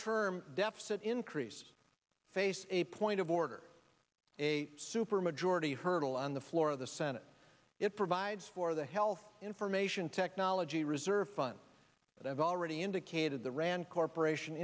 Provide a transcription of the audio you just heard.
term deficit increase face a point of order a supermajority hurdle on the floor of the senate it provides for the health information technology reserve fund that i've already indicated the rand corporation